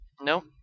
No